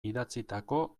idatzitako